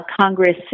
Congress